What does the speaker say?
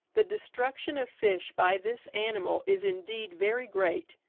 the destruction of fish by this animal is, indeed, very great,